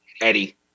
Eddie